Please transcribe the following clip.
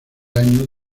año